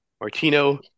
Martino